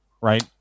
right